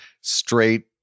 straight